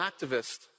activist